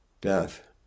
Death